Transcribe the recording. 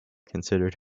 considered